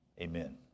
Amen